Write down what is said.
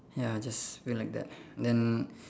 ya just feel like that then